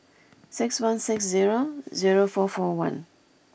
six one six zero zero four four one